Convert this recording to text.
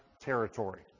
territory